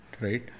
Right